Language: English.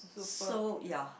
so ya